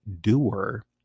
doer